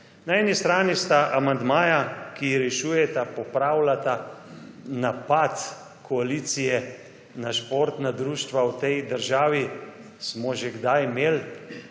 Na eni strani sta amandmaja, ki rešujeta, popravljata, napad koalicije na športna društva v tej državi. Smo že kdaj imeli